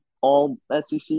all-SEC